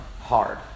hard